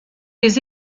les